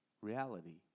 reality